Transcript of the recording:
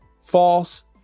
false